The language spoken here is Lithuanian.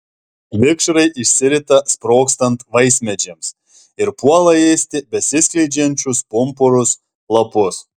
vikšrai išsirita sprogstant vaismedžiams ir puola ėsti besiskleidžiančius pumpurus lapus